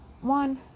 one